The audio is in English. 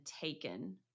taken